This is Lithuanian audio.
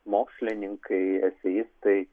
mokslininkai eseistai